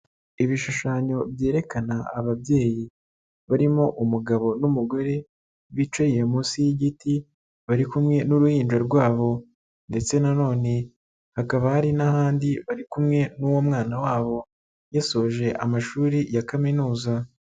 Ibishushanyo byerekana ababyeyi, barimo umugabo n'umugore bicaye munsi y'igiti, bari kumwe n'uruhinja rwabo ndetse na none hakaba hari n'ahandi bari kumwe n'uwo mwana wabo, yasoje amashuri ya kaminuza.